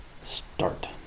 Start